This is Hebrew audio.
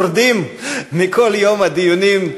אתנו נמצא גם ראש העיר, והשורדים מכל יום הדיונים,